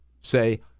say